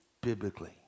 biblically